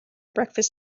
breakfast